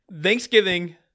Thanksgiving